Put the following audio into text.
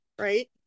right